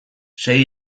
sei